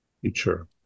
Future